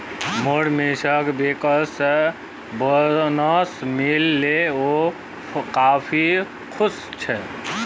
मोर मित्रक bankers bonus मिल ले वइ काफी खुश छ